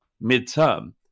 mid-term